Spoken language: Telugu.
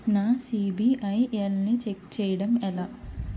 నా సిబిఐఎల్ ని ఛెక్ చేయడం ఎలా?